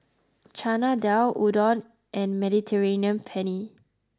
Chana Dal Udon and Mediterranean Penne